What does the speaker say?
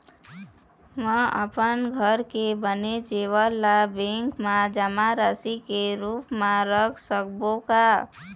म अपन घर के बने जेवर ला बैंक म जमा राशि के रूप म रख सकबो का?